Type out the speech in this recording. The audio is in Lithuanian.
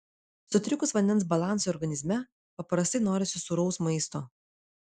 sutrikus vandens balansui organizme paprastai norisi sūraus maisto